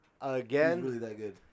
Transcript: again